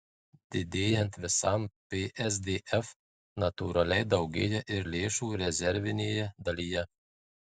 didėjant visam psdf natūraliai daugėja ir lėšų rezervinėje dalyje